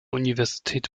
universität